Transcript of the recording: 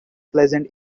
pleasant